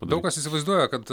daug kas įsivaizduoja kad